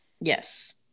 Yes